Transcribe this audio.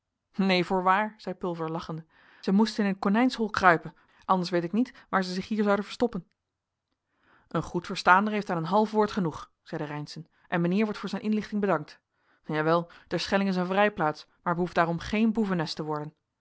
neen voorwaar zei pulver lachende zij moesten in een konijnshol kruipen anders weet ik niet waar zij zich hier zouden verstoppen een goed verstaander heeft aan een half woord genoeg zeide reynszen en mijnheer wordt voor zijn inlichting bedankt jawel terschelling is een vrijplaats maar t behoeft daarom geen boevennest te worden